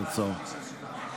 להלן תוצאות ההצבעה: